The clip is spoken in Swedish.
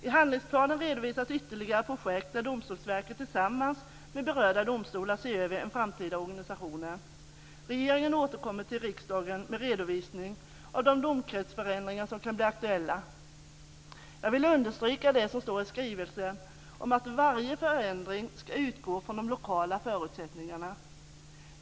I handlingsplanen redovisas ytterligare projekt där Domstolsverket tillsammans med berörda domstolar ser över den framtida organisationen. Regeringen återkommer till riksdagen med redovisning av de domkretsförändringar som kan bli aktuella. Jag vill understryka det som står i skrivelsen om att varje förändring ska utgå från de lokala förutsättningarna.